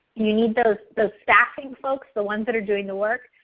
you need those those staffing folks, the ones that are doing the work,